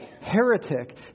heretic